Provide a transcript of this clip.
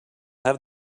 have